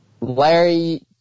Larry